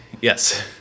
Yes